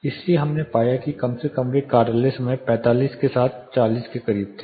इसलिए हमने पाया कि कम से कम वे कार्यालय समय 45 के साथ 40 के करीब थे